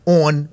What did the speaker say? on